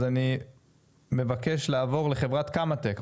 אז אני מבקש לעבור לחברת קמא-טק.